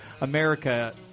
America